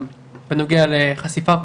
בנוגע לחשיפה,